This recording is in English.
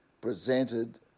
presented